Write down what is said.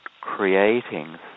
creating